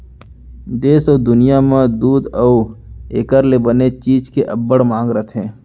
देस अउ दुनियॉं म दूद अउ एकर ले बने चीज के अब्बड़ मांग रथे